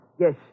Yes